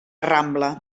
rambla